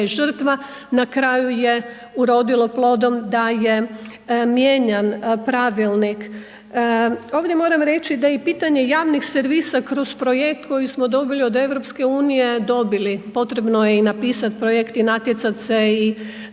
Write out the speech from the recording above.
na kraju je urodilo plodom da je mijenjan pravilnik. Ovdje moram reći da je i pitanje javnih servisa kroz projekt koji smo dobili od EU-a, dobili potrebno je napisat projekt i natjecat se i